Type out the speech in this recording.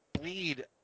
bleed